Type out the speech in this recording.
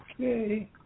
Okay